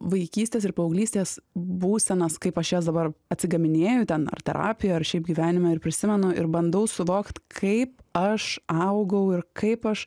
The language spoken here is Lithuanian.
vaikystės ir paauglystės būsenas kaip aš jas dabar atsigaminėju ten ar terapijoj ar šiaip gyvenime ir prisimenu ir bandau suvokt kaip aš augau ir kaip aš